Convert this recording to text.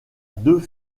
deux